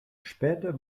später